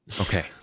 okay